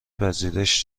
پذیرش